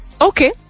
Okay